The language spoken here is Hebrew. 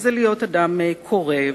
זה להיות אדם קורא,